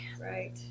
Right